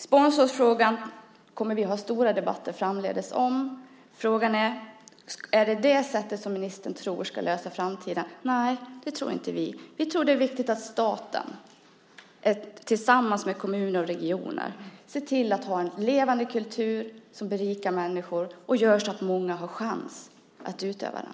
Sponsorfrågan kommer vi framdeles att ha stora debatter om. Frågan är: Är det på det sättet som ministern tror att man ska lösa det här i framtiden? Det tror inte vi. Vi tror att det är viktigt att staten, tillsammans med kommuner och regioner, ser till att vi har en levande kultur som berikar människor och gör så att många har chans att utöva den.